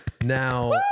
Now